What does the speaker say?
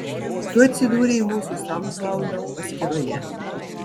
tu atsidūrei mūsų saundklaudo paskyroje